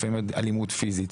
לפעמים עד אלימות פיזית?